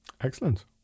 excellent